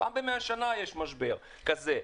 פעם ב-100 שנה יש משבר כזה.